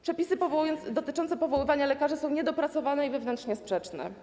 Przepisy dotyczące powoływania lekarzy są niedopracowane i wewnętrznie sprzeczne.